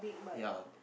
yeah